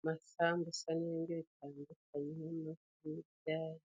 amasambusa n'ibindi bitandukanye nk'imidari.